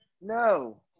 No